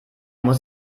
muss